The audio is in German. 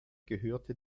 gehörte